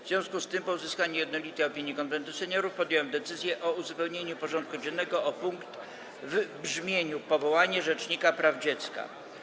W związku z tym, po uzyskaniu jednolitej opinii Konwentu Seniorów, podjąłem decyzję o uzupełnieniu porządku dziennego o punkt w brzmieniu: Powołanie rzecznika praw dziecka.